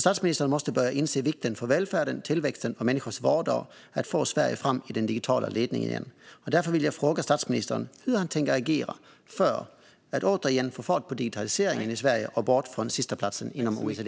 Statsministern måste börja inse vikten för välfärden, tillväxten och människors vardag av att få fram Sverige i den digitala ledningen igen. Därför vill jag fråga statsministern hur han tänker agera för att återigen få fart på digitaliseringen i Sverige och för att vi ska komma bort från sistaplatsen inom OECD.